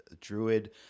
druid